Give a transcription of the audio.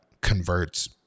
converts